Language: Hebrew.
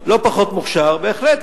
לא פחות מוכשר, בהחלט.